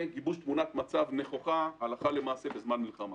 ובגיבוש תמונת מצב נכוחה הלכה למעשה בזמן מלחמה.